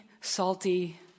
salty